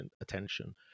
attention